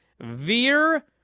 Veer